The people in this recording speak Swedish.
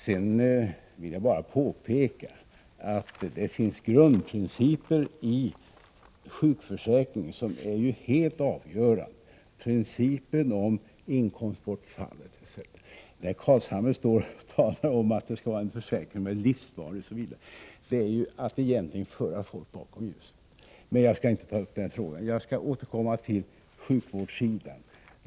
Sedan vill jag påpeka att det finns grundprinciper i sjukförsäkringen som är helt avgörande, t.ex. principen om inkomstbortfall. När herr Carlshamre talar om att det skall vara livsvarig försäkring osv., så är det egentligen att föra folk bakom ljuset. Men jag skall inte ta upp den frågan. Jag återkommer till sjukvårdssidan.